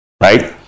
right